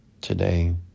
Today